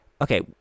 Okay